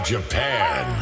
Japan